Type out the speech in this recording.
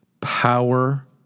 Power